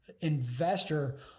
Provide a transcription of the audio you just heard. investor